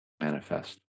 manifest